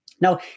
Now